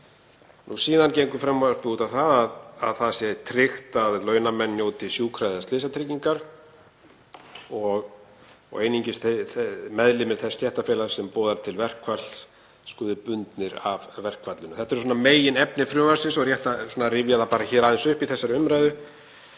Síðan gengur frumvarpið út á að það sé tryggt að launamenn njóti sjúkra- og slysatryggingar og einungis meðlimir þess stéttarfélags sem boðar til verkfalls skuli bundnir af verkfallinu. Þetta er meginefni frumvarpsins og rétt að rifja það aðeins upp í þessari umræðu.